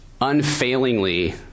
unfailingly